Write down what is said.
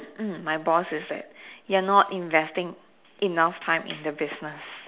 mm my boss is that you're not investing enough time in the business